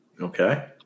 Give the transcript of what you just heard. Okay